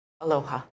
Aloha